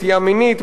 נטייה מינית,